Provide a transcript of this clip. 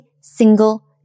single